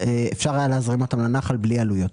אפשר היה להזרים אותם לנחל בלי עלויות.